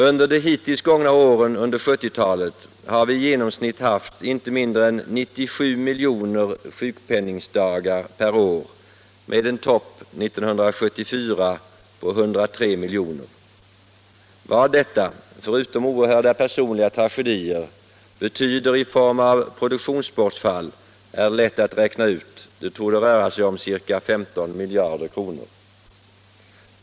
Under de hittills gångna åren under 1970-talet har vi i genomsnitt haft inte mindre än 97 miljoner sjukpenningdagar per år med en topp på 103 miljoner år 1974. Vad detta vid sidan av oerhörda personliga tragedier betyder i form av produktionsbortfall är lätt att räkna ut; det torde röra sig om ca 15 miljarder kronor.